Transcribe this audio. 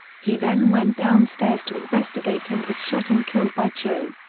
he then went downstairs to investigate and was shot and killed by cho.